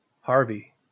Harvey